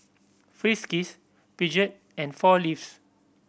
Friskies Peugeot and Four Leaves